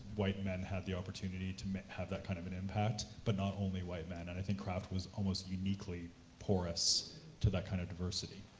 white men had the opportunity to have that kind of an impact, but not only white men, and i think craft was almost uniquely porous to that kind of diversity.